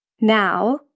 Now